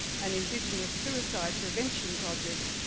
and indigenous suicide prevention project,